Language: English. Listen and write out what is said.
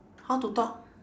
how to talk